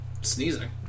Sneezing